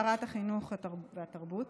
שרת החינוך והתרבות.